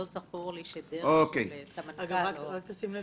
לא זכור לי שבענייני אשראי -- רק תשים לב